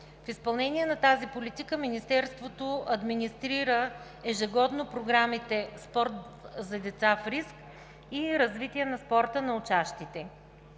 В изпълнение на тази политика Министерството администрира ежегодно програмите „Спорт за деца в риск“ и „Развитие на спорта на учащите“.